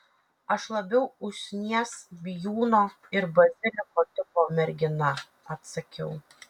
aš labiau usnies bijūno ir baziliko tipo mergina atsakiau